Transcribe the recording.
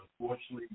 unfortunately